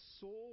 soul